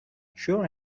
sure